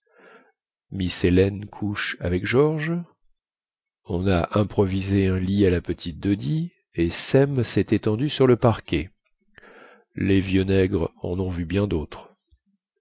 couche avec george on a improvisé un lit à la petite doddy et sem sest étendu sur le parquet les vieux nègres en ont vu bien dautres